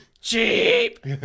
Cheap